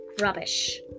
Rubbish